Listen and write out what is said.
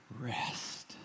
rest